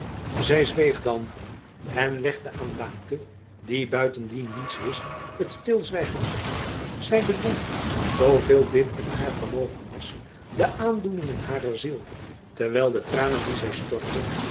zij zweeg dan en legde aan daamke die buitendien niets wist het stilzwijgen op zij bedwong zooveel dit in haar vermogen was de aandoeningen harer ziel terwijl de tranen die zij stortte